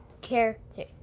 character